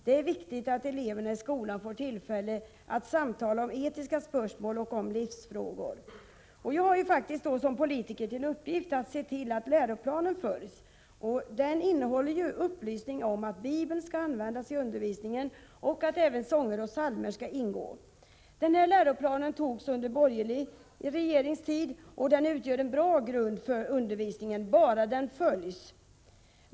Det är viktigt att eleverna i skolan får tillfälle att samtala om etiska spörsmål och om livsfrågor. Jag har som politiker till uppgift att se till, att läroplanen följs. Den innehåller ju upplysning om att Bibeln skall användas i undervisningen och även att sånger och psalmer skall ingå. Denna läroplan antogs under den borgerliga regeringens tid och utgör en bra grund för undervisning, bara den följs.